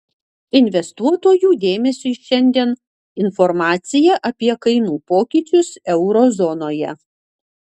investuotojų dėmesiui šiandien informacija apie kainų pokyčius euro zonoje